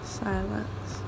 silence